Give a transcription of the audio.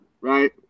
right